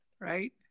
right